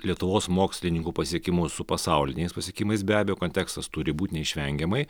lietuvos mokslininkų pasiekimus su pasauliniais pasiekimais be abejo kontekstas turi būt neišvengiamai